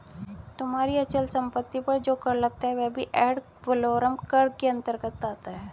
तुम्हारी अचल संपत्ति पर जो कर लगता है वह भी एड वलोरम कर के अंतर्गत आता है